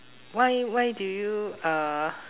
why why do you uh